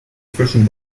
zwischen